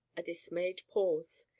a dismayed pause.